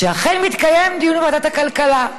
שאכן מתקיים דיון בוועדת הכלכלה.